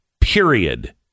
period